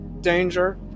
Danger